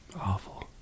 Awful